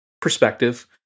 perspective